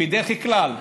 בדרך כלל.